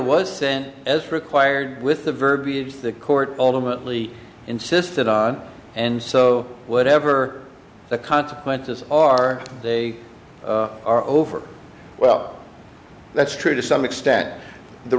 sent as required with the verbiage the court ultimately insisted on and so whatever the consequences are they are over well that's true to some extent the